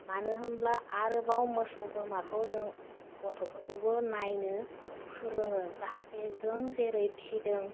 मानो होमब्ला आरोबाव मोसौ बोरमाखौ जों गथ'फोरखौबो नायनो फोरोङो जाहाते जों जेरै फिदों